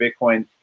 Bitcoin